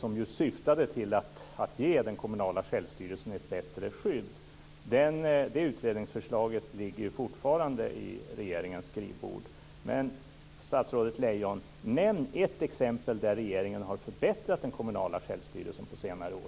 Det syftar till att ge den kommunala självstyrelsen ett bättre skydd. Det utredningsförslaget ligger ju fortfarande på regeringens bord. Men, statsrådet Lejon, nämn ett exempel där regeringen har förbättrat den kommunala självstyrelsen på senare år!